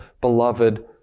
beloved